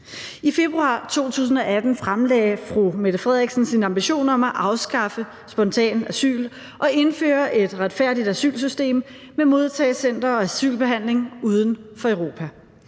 I februar 2018 fremlagde fru Mette Frederiksen sin ambition om at afskaffe spontant asyl og indføre et retfærdigt asylsystem med modtagecenter og asylbehandling uden for Europa.